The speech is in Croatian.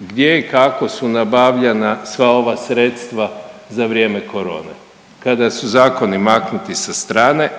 gdje i kako su nabavljana sva ova sredstva za vrijeme korone kada su zakoni maknuti sa strane?